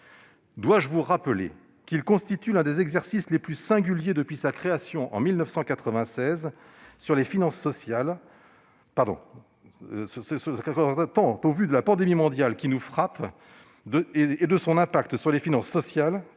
Dois-je vous rappeler qu'il constitue l'un des exercices les plus singuliers depuis sa création en 1996, tant au vu de la pandémie mondiale qui nous frappe et de son impact sur les finances sociales